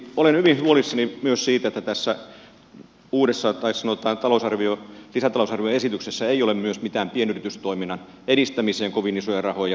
olen hyvin huolissani myös siitä että tässä lisätalousarvioesityksessä ei ole pienyritystoiminnan edistämiseen mitään kovin isoja rahoja